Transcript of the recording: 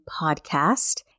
podcast